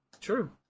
True